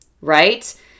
right